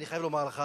אני חייב לומר לך,